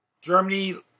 Germany